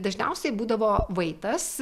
dažniausiai būdavo vaitas